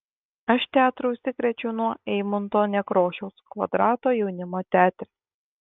aš teatru užsikrėčiau nuo eimunto nekrošiaus kvadrato jaunimo teatre